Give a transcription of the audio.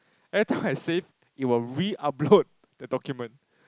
every time I save it will reupload the document